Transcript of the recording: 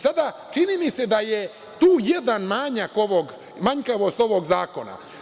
Sada, čini mi se da je tu jedan manjak ovog zakona.